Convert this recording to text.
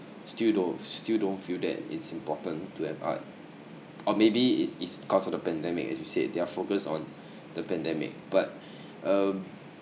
still don't still don't feel that it's important to have art or maybe it is because of the pandemic as you said their focus on the pandemic but um